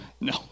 No